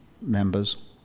members